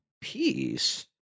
peace